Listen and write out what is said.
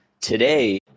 today